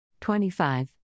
25